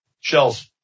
shells